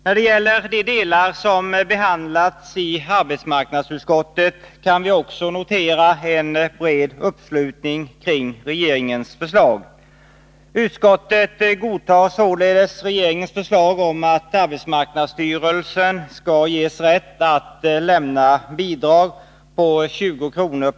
När det gäller de delar som behandlats i arbetsmarknadsutskottet kan vi också notera en bred uppslutning kring regeringens förslag. Utskottet godtar således regeringens förslag om att AMS skall ges rätt att lämna bidrag på 20 kr.